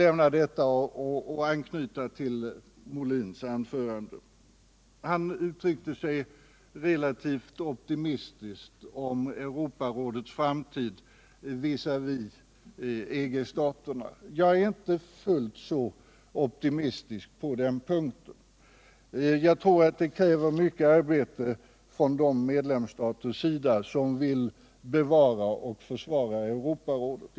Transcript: Efter detta vill jag anknyta till Björn Molins anförande. Han uttryckte sig relativt optimistiskt om Europarådets framtid visavi EG-staterna. Jag är inte fullt så optimistisk på den punkten, utan tror att det krävs mycket arbete från de medlemsstaters sida som vill bevara och försvara Europarådet.